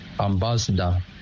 ambassador